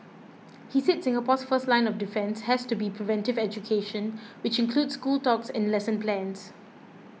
he said Singapore's first line of defence has to be preventive education which includes school talks and lesson plans